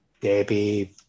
Debbie